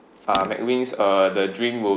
ah mac wings uh the drink will